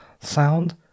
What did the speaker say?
sound